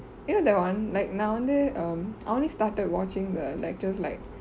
you know that one like நா வந்து:naa vanthu um I only started watching the lectures like